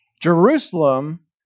Jerusalem